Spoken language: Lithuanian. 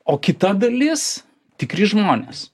o kita dalis tikri žmonės